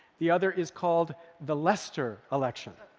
the other is called the lester election.